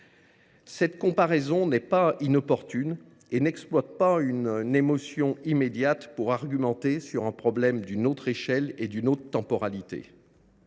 Cette comparaison n’est pas inopportune et n’exploite pas une émotion immédiate pour argumenter sur un problème d’une autre échelle et d’une autre temporalité.